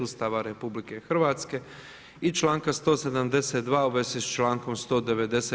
Ustava RH i članka 172. u vezi s člankom 190.